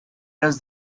does